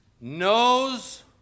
Knows